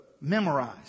memorize